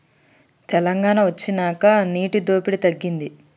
తెలంగాణ వొచ్చినాక నీటి దోపిడి తగ్గింది